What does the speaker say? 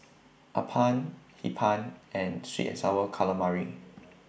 Appam Hee Pan and Sweet and Sour Calamari